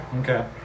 okay